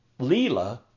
leela